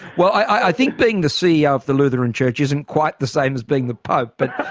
well, i think being the ceo of the lutheran church isn't quite the same as being the pope, but.